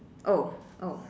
oh oh